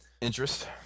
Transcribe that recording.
interest